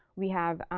we have